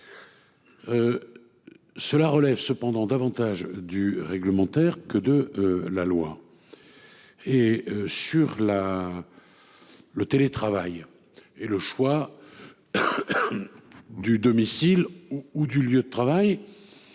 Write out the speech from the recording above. Cela relève cependant davantage du réglementaire que de la loi. Et sur la. Le télétravail et le choix. Du domicile ou du lieu de travail.